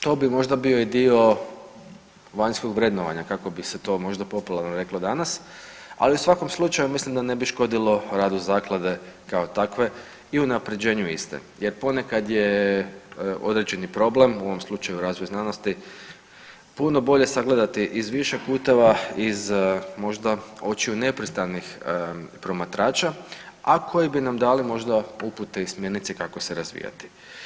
To bi možda bio i dio vanjskog vrednovanja kako bi se to možda popularno reklo danas, ali u svakom slučaju mislim da ne bi škodilo radu zaklade kao takve i unaprjeđenju iste jer ponekad je određeni problem, u ovom slučaju razvoj znanosti puno bolje sagledati iz više puteva, iz možda očiju nepristranih promatrača, a koji bi nam dali možda upute i smjernice kako se razvijati.